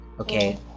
okay